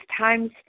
times